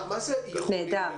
מה זה יכולים להיות